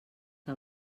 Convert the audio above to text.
que